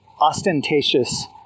ostentatious